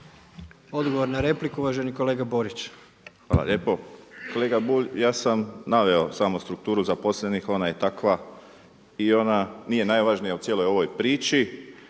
Odgovor na repliku uvaženi kolega Borić. **Borić, Josip (HDZ)** Hvala lijepo. Kolega Bulj ja sam naveo samo strukturu zaposlenih, ona je takva i ona nije najvažnija u cijeloj ovoj priči.